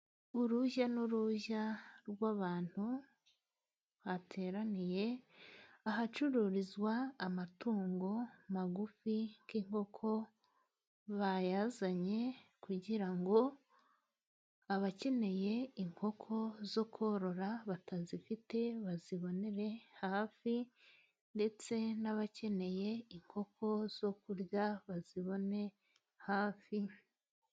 Urujya n'uruza rw'abantu， bateraniye ahacururizwa amatungo magufi， nk'inkoko bayazanye kugira ngo， abakeneye inkoko zo korora batazifite， bazibonere hafi，ndetse n'abakeneye inkoko zo kurya， bazibone hafi.